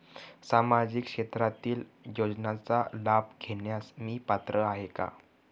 सामाजिक क्षेत्रातील योजनांचा लाभ घेण्यास मी पात्र आहे का?